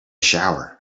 shower